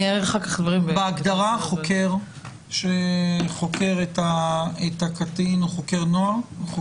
בהגדרה חוקר שחוקר את הקטין הוא חוקר נוער?